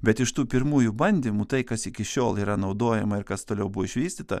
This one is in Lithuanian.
bet iš tų pirmųjų bandymų tai kas iki šiol yra naudojama ir kas toliau buvo išvystyta